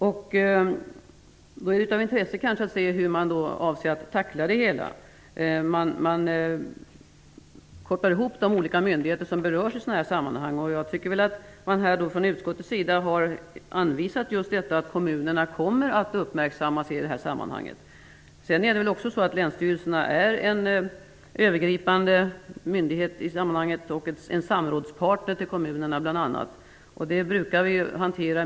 Det kan vara av intresse att se på hur regeringen avser att tackla det hela. De olika myndigheter som berörs i dessa sammanhang kopplas ihop. Jag tycker att utskottet har anvisat att kommunerna kommer att uppmärksammas i sammanhanget. Länsstyrelserna utgör en övergripande myndighet i sammanhanget och är bl.a. samrådspartner till kommunera.